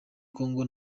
kongo